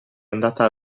andata